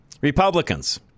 Republicans